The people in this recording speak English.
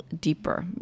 deeper